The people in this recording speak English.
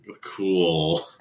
Cool